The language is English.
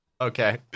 Okay